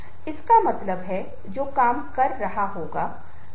अगर किसी व्यक्ति के भीतर से उत्साह नहीं है वह कैसे उत्साहित कर सकता है